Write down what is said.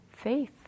faith